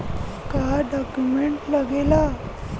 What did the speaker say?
का डॉक्यूमेंट लागेला?